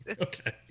Okay